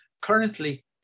currently